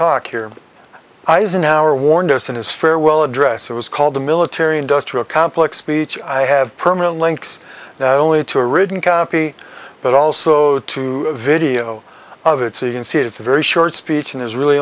talk here eisenhower warned us in his farewell address it was called the military industrial complex speech i have permanent links now only to a written copy but also to a video of it so you can see it's a very short speech and is really